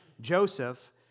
Joseph